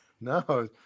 No